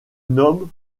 nomme